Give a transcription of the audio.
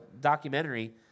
documentary